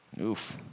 oof